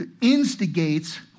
instigates